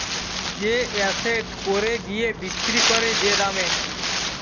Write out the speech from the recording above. যে এসেট পরে গিয়ে বিক্রি করে যে দামে